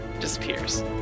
disappears